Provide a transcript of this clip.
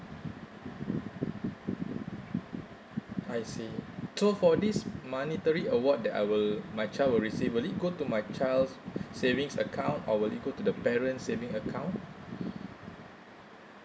I see so for this monetary award that I will my child will receive will it go to my child's savings account or will it go to the parent's saving account